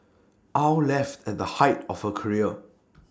aw left at the height of her career